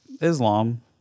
Islam